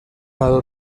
lado